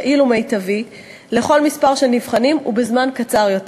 יעיל ומיטבי לכל מספר של נבחנים ובזמן קצר יותר.